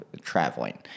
traveling